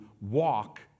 walk